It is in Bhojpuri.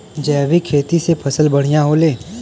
जैविक खेती से फसल बढ़िया होले